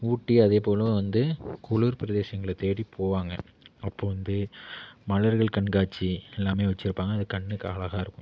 ஊட்டி அதேப்போல வந்து குளிர் பிரதேசங்களை தேடி போவாங்க அப்போ வந்து மலர்கள் கண்காட்சி எல்லாமே வச்சுருப்பாங்க அது கண்ணுக்கு அழகாயிருக்கும்